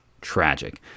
tragic